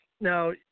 Now